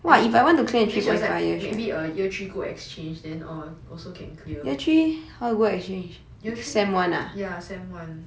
then she was like maybe err year three go exchange then orh also can clear year three ya sem one